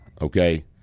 okay